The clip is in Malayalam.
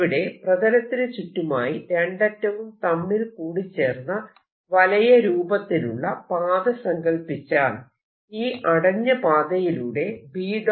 ഇവിടെ പ്രതലത്തിന് ചുറ്റുമായി രണ്ടറ്റവും തമ്മിൽ കൂടിച്ചേർന്ന വലയ രൂപത്തിലുള്ള പാത സങ്കല്പിച്ചാൽ ഈ അടഞ്ഞ പാതയിലൂടെ B